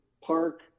Park